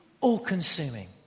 all-consuming